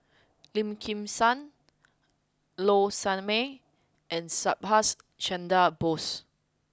Lim Kim San Low Sanmay and Subhas Chandra Bose